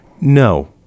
No